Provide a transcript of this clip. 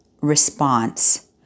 response